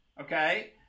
okay